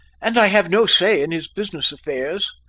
and i have no say in his business affairs.